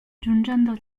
giungendo